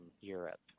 Europe